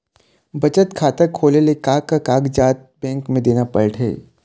बचत खाता खोले ले का कागजात बैंक म देना पड़थे?